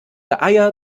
eier